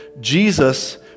Jesus